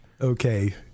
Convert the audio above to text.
Okay